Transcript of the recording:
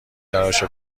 تراش